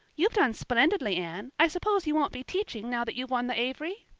you've done splendidly, anne. i suppose you won't be teaching now that you've won the avery?